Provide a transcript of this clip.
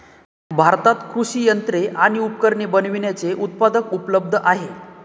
भारतात कृषि यंत्रे आणि उपकरणे बनविण्याचे उत्पादक उपलब्ध आहे